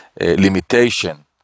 limitation